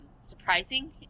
surprising